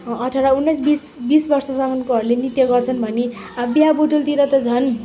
अठार उन्नाइस बिस बिस वर्षसम्मकोहरूले नृत्य गर्छन् भने अब बिहाबटुलतिर त झन